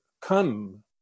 come